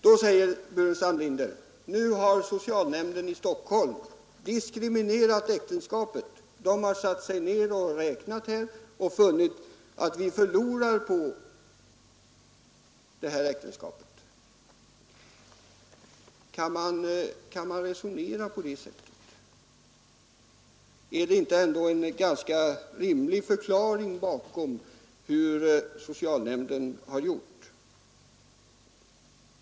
Då säger herr Burenstam Linder: Här har socialnämnden i Stockholm diskriminerat äktenskapet — dessa människor har satt sig ned och räknat och funnit att de förlorar på äktenskapet. Kan man resonera på det sättet? Finns det inte ändå en ganska rimlig förklaring till socialnämndens beräkningar?